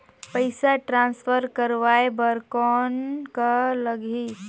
पइसा ट्रांसफर करवाय बर कौन का लगही?